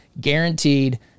guaranteed